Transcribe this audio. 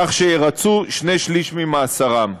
כך שירצו שני שלישים ממאסרם.